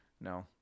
No